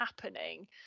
happening